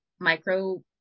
micro